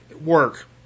work